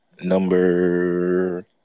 number